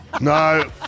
No